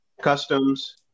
customs